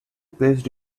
placed